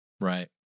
Right